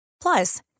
Plus